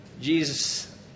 Jesus